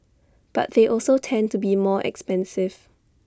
but they also tend to be more expensive